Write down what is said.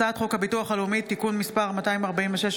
הצעת חוק הביטוח הלאומי (תיקון מס' 246,